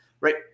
right